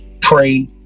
Pray